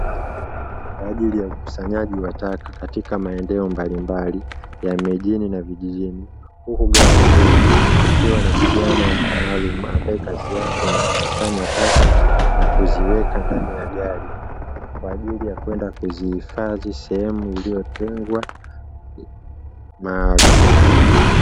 Kwa ajili ya ukusanyaji wa taka katika maeneo mbalimbali ya mijini na vijijini, huku gari hilo likiwa na kijana maalumu ambaye kazi yake ni kukusanya taka na kuziweka ndani ya gari kwa ajili ya kwenda kuzihifadhi sehemu iliyotengwa maalumu.